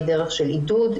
היא דרך של עידוד,